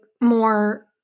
more